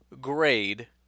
grade